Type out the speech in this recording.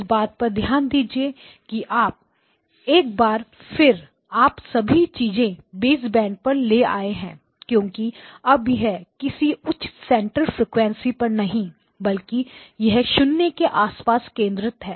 इस बात पर ध्यान दीजिए कि एक बार फिर आप सभी चीजें बेसबैंड पर ले आए हैं क्योंकि अब यह किसी उच्च सेंटर फ्रीक्वेंसी पर नहीं है बल्कि यह शून्य के आसपास केंद्रित है